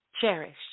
Cherish